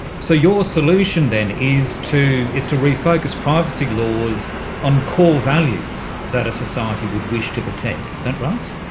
so your solution then is to is to refocus privacy laws on core values that a society would wish to protect, is that right?